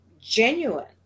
genuine